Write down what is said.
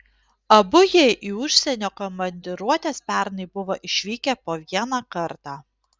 abu jie į užsienio komandiruotes pernai buvo išvykę po vieną kartą